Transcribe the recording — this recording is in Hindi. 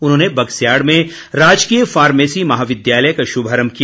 उन्होंने बगस्याड में राजकीय फार्मेसी महाविद्यालय का शुभारम्भ किया